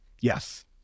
yes